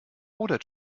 oder